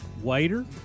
Waiter